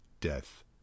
death